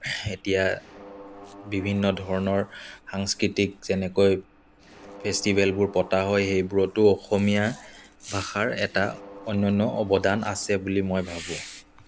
এতিয়া বিভিন্ন ধৰণৰ সাংস্কৃতিক যেনেকৈ ফেছটিভেলবোৰ পতা হয় সেইবোৰতো অসমীয়া ভাষাৰ এটা অনন্য অৱদান আছে বুলি মই ভাবোঁ